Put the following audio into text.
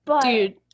Dude